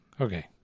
Okay